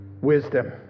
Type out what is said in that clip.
Wisdom